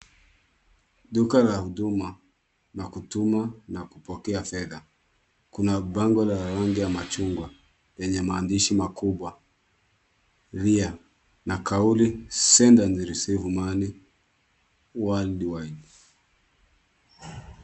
Duka la huduma la kutuma na kupokea fedha. Kuna bango la rangi ya machungwa lenye maandishi makubwa, kulia na kauli send and receive money worldwide .